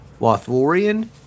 Lothlorien